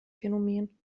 phänomen